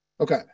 Okay